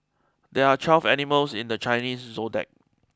there are twelve animals in the Chinese Zodiac